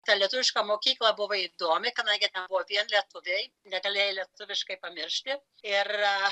ta lietuviška mokykla buvo įdomi kadangi ten buvo vien lietuviai negalėjai lietuviškai pamiršti ir